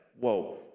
whoa